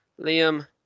Liam